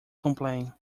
complain